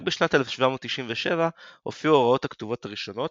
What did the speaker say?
רק בשנת 1797 הופיעו ההוראות הכתובות הראשונות,